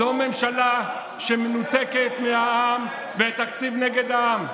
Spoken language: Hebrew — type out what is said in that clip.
זו ממשלה שמנותקת מהעם, והתקציב נגד העם.